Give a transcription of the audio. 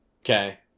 Okay